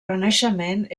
renaixement